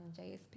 JSP